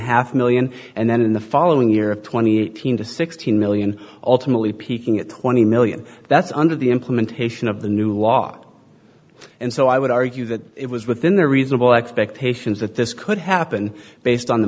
half million and then in the following year of twenty eighteen to sixteen million ultimately peaking at twenty million that's under the implementation of the new law and so i would argue that it was within their reasonable expectations that this could happen based on the